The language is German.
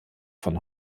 von